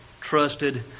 trusted